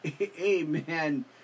amen